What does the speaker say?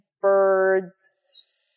birds